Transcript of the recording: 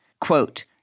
quote